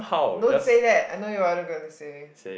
don't say that I know what you are gonna say